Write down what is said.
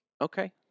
Okay